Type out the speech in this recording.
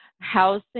housing